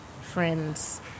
friends